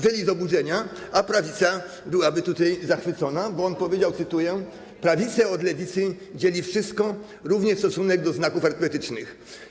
wyli z oburzenia, a prawica byłaby tutaj zachwycona, bo on powiedział, cytuję: Prawicę od lewicy dzieli wszystko, również stosunek do znaków arytmetycznych.